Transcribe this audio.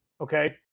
okay